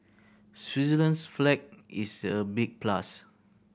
Switzerland's flag is a big plus